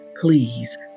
please